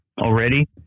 already